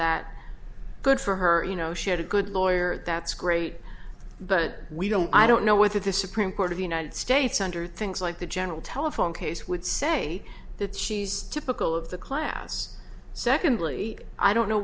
that good for her you know she had a good lawyer that's great but we don't i don't know whether the supreme court of the united states under things like the general telephone case would say that she's typical of the class secondly i don't know